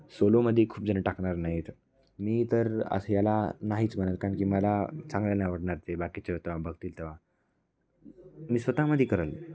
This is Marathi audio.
सोलोमध्ये खूप जणं टाकणार नाहीत मी तर असं याला नाहीच म्हणत कारण की मला चांगल्या आवडणार ते बाकीचे तेव्हा बघतील तेव्हा मी स्वतःमध्ये करेन